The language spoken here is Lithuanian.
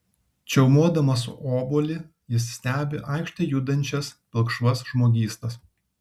čiaumodamas obuolį jis stebi aikšte judančias pilkšvas žmogystas